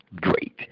great